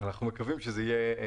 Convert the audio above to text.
אנחנו מקווים שזה יהיה.